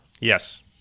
Yes